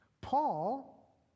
Paul